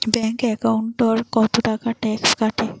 Bank একাউন্টত কতো টাকা ট্যাক্স কাটে?